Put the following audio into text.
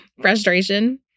frustration